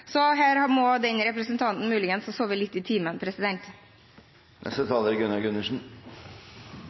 Så her må representanten muligens ha sovet litt i timen.